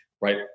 Right